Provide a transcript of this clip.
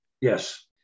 Yes